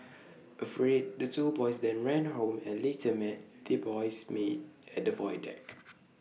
afraid the two boys then ran home and later met the boy's maid at the void deck